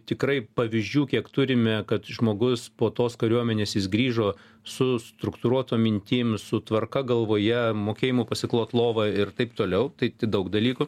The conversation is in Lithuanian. tikrai pavyzdžių kiek turime kad žmogus po tos kariuomenės jis grįžo su struktūruotom mintim su tvarka galvoje mokėjimu pasiklot lovą ir taip toliau tai daug dalykų